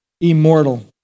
immortal